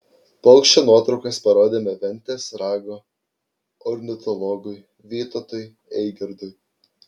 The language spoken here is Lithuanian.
paukščio nuotraukas parodėme ventės rago ornitologui vytautui eigirdui